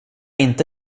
inte